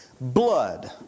blood